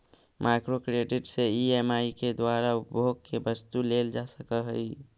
micro credit से EMI के द्वारा उपभोग के वस्तु लेल जा सकऽ हई